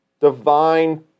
divine